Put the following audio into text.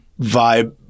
vibe